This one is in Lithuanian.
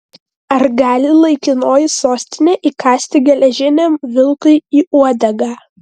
ar gali laikinoji sostinė įkąsti geležiniam vilkui į uodegą